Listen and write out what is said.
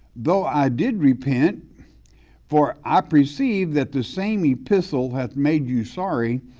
though i did repent for i perceive that the same epistle had made you sorry,